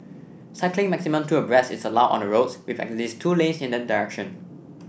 cycling maximum two abreast is allowed on the roads with at least two lanes in that direction